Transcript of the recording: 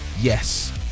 yes